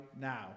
now